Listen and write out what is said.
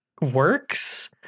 works